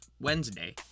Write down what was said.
wednesday